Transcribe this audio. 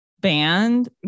band